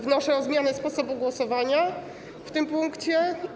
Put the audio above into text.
Wnoszę o zmianę sposobu głosowania w tym punkcie.